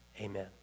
amen